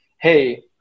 hey